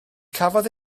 cafodd